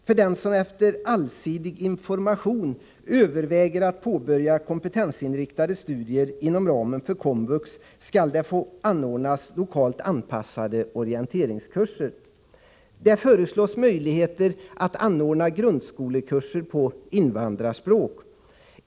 För den som efter allsidig information överväger att påbörja kompetensinriktade studier inom ramen för komvux skall det få anordnas lokalt anpassade orienteringskurser. Det föreslås möjligheter att anordna grundskolekurser på invandrarspråk.